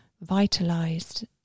vitalized